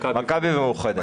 מכבי ומאוחדת.